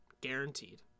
guaranteed